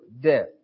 death